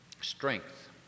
strength